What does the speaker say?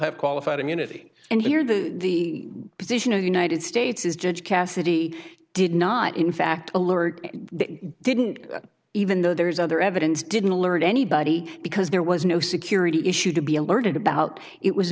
have qualified immunity and here the position of the united states is judge cassidy did not in fact alert didn't even though there's other evidence didn't alert anybody because there was no security issue to be alerted about it was